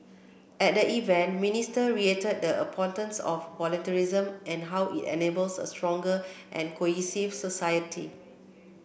at the event Minister reiterated the importance of volunteerism and how it enables a stronger and cohesive society